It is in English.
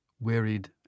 wearied